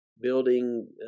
building